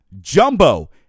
Jumbo